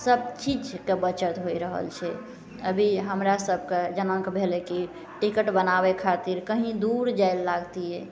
सबचीजके बचत होइ रहल छै अभी हमरासभकेँ जेनाकि भेलै कि टिकट बनाबै खातिर कहीँ दूर जाए लागतिए